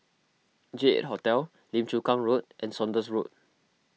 J eight Hotel Lim Chu Kang Road and Saunders Road